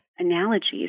analogies